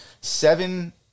Seven